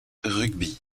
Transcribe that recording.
rugby